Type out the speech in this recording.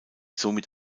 somit